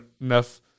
enough